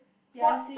ya I see